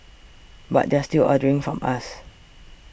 but they're still ordering from us